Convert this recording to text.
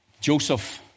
Joseph